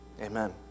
Amen